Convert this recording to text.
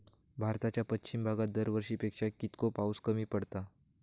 भारताच्या पश्चिम भागात दरवर्षी पेक्षा कीतको पाऊस कमी पडता?